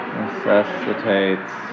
necessitates